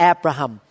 Abraham